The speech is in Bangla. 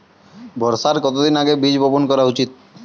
বর্ষার কতদিন আগে বীজ বপন করা উচিৎ?